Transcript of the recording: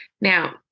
Now